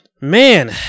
Man